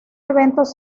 eventos